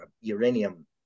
uranium